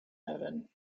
heaven